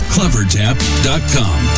Clevertap.com